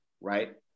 right